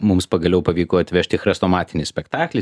mums pagaliau pavyko atvežti chrestomatinį spektaklį